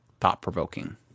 thought-provoking